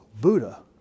Buddha